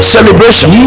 Celebration